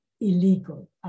illegal